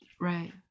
Right